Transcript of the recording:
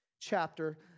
chapter